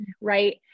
Right